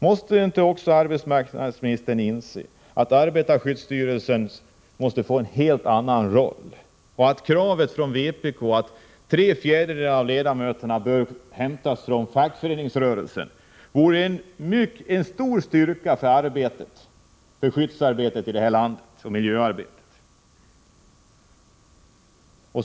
Måste inte också arbetsmarknadsministern inse att arbetarskyddsstyrelsen måste få en helt annan roll och att ett tillgodoseende av kravet från vpk att tre fjärdedelar av ledamöterna bör hämtas från fackföreningsrörelsen vore en styrka för skyddsoch miljöarbetet här i landet?